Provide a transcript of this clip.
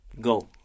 Go